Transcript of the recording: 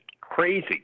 crazy